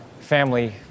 family